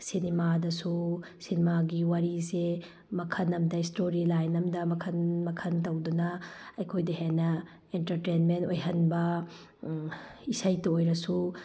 ꯁꯤꯅꯤꯃꯥꯗꯁꯨ ꯁꯤꯅꯤꯃꯥꯒꯤ ꯋꯥꯔꯤꯁꯦ ꯃꯈꯜ ꯑꯃꯗ ꯏꯁꯇꯣꯔꯤ ꯂꯥꯏꯟ ꯑꯃꯗ ꯃꯈꯜ ꯃꯈꯜ ꯇꯧꯗꯨꯅ ꯑꯩꯈꯣꯏꯗ ꯍꯦꯟꯅ ꯑꯦꯟꯇꯔꯇꯦꯟꯃꯦꯟ ꯑꯣꯏꯍꯟꯕ ꯏꯁꯩꯇ ꯑꯣꯏꯔꯁꯨ